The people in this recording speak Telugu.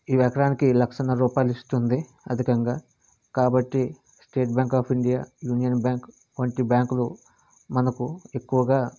ఇవి ఎకరానికి లక్షన్నర రూపాయలు ఇస్తుంది అధికంగా కాబట్టి State Bank of India Union Bank వంటి బ్యాంక్లు మనకు ఎక్కువగా